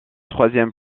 troisième